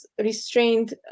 restrained